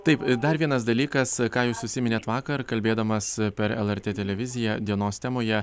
taip ir dar vienas dalykas ką jūs užsiminėt vakar kalbėdamas per lrt televiziją dienos temoje